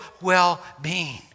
well-being